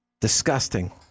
Disgusting